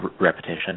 repetition